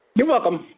you're welcome.